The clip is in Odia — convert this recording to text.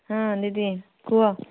ହଁ ଦିଦି କୁହ